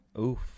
Oof